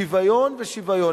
שוויון ושוויון.